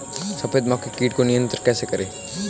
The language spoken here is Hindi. सफेद मक्खी कीट को नियंत्रण कैसे करें?